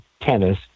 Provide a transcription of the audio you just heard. Tennis